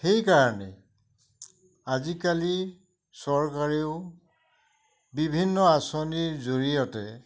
সেইকাৰণে আজিকালি চৰকাৰেও বিভিন্ন আঁচনিৰ জৰিয়তে